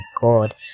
god